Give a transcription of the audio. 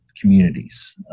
communities